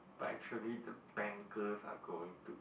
but actually the bankers are going to